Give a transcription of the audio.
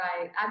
right